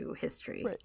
history